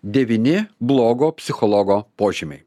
devyni blogo psichologo požymiai